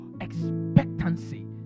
expectancy